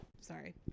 sorry